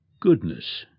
Goodness